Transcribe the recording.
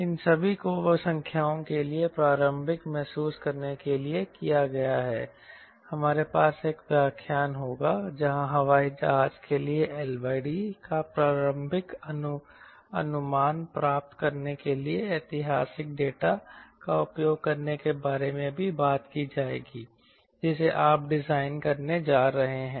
इन सभी को संख्याओं के लिए प्रारंभिक महसूस करने के लिए किया गया है हमारे पास एक व्याख्यान होगा जहां हवाई जहाज के लिए L D का प्रारंभिक अनुमान प्राप्त करने के लिए ऐतिहासिक डेटा का उपयोग करने के बारे में बात की जाएगी जिसे आप डिजाइन करने जा रहे हैं